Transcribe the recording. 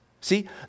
See